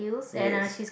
yes